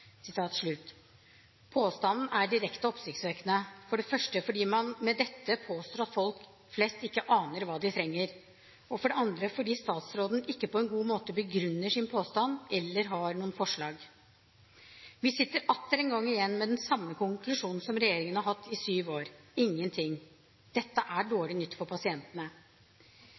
Påstanden er direkte oppsiktsvekkende – for det første fordi man med dette påstår at folk flest ikke aner hva de trenger, og for det andre fordi statsråden ikke på en god måte begrunner sin påstand eller har noen forslag. Vi sitter atter en gang igjen med den samme konklusjonen som regjeringen har hatt i syv år: ingenting. Dette er dårlig nytt for pasientene.